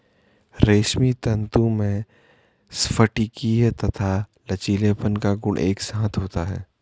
रेशमी तंतु में स्फटिकीय तथा लचीलेपन का गुण एक साथ होता है